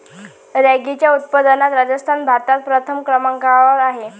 रॅगीच्या उत्पादनात राजस्थान भारतात प्रथम क्रमांकावर आहे